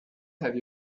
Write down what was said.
have